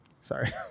Sorry